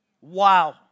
wow